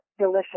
Delicious